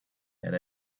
had